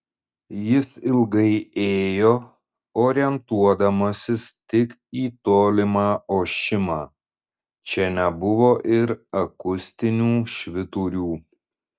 jis ilgai ėjo orientuodamasis tik į tolimą ošimą čia nebuvo ir akustinių švyturių